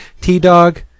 T-Dog